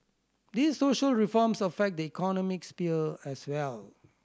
these social reforms affect the economic sphere as well